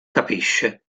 capisce